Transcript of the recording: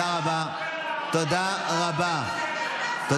אתה תעוף מפה, כמו שאיימן עודה